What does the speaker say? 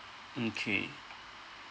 mm K